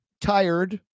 tired